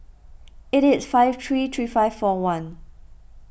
eight eight five three three five four one